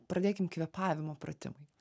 pradėkim kvėpavimo pratimai